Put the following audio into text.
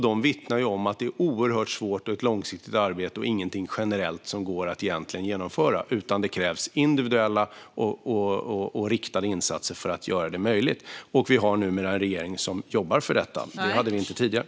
De vittnar om att det är ett oerhört svårt och långsiktigt arbete och inte något som går att genomföra generellt, utan det krävs individuella och riktade insatser för att göra det möjligt. Vi har numera en regering som jobbar för detta. Det hade vi inte tidigare.